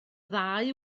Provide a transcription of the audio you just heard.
ddau